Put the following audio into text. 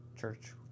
church